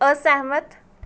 ਅਸਹਿਮਤ